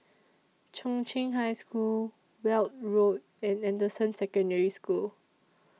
Chung Cheng High School Weld Road and Anderson Secondary School